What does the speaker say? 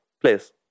Please